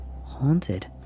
haunted